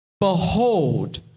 behold